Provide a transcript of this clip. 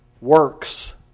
works